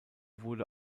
wurde